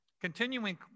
Continuing